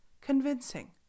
convincing